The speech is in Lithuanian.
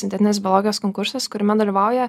sintetinės biologijos konkursas kuriame dalyvauja